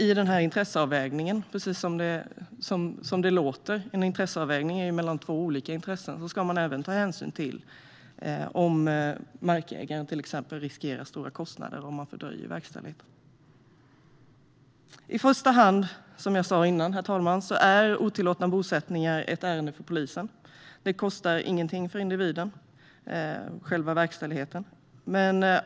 I denna intresseavvägning - precis som det låter handlar det ju om en avvägning mellan två olika intressen - ska man dock även ta hänsyn till om markägaren till exempel riskerar stora kostnader om verkställigheten fördröjs. Herr talman! Som jag sa tidigare är otillåtna bosättningar i första hand ett ärende för polisen. Själva verkställigheten kostar ingenting för individen.